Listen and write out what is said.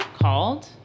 Called